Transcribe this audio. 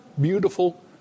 beautiful